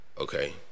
okay